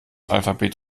alphabet